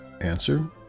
Answer